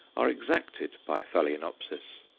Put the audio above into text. are exacted by phaloenopsis.